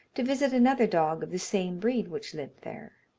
to visit another dog of the same breed which lived there.